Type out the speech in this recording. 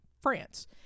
France